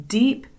deep